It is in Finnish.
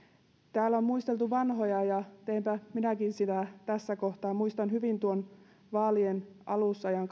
täällä on muisteltu vanhoja ja teenpä minäkin tässä kohtaa niin muistan hyvin tuon vaalien alusajan